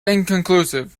inconclusive